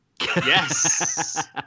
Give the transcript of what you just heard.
Yes